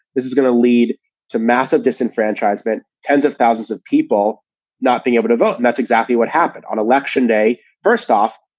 this is going to lead to massive disenfranchisement, tens of thousands of people not being able to vote. and that's exactly what happened on election day. first off,